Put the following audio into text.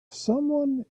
someone